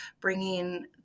bringing